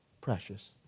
precious